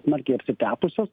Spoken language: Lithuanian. smarkiai apsitepusios